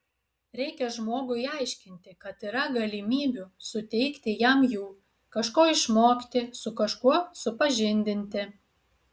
reikia žmogui aiškinti kad yra galimybių suteikti jam jų kažko išmokti su kažkuo supažindinti